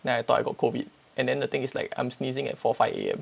then I thought I got COVID and then the thing is like I'm sneezing at four five AM